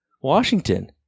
Washington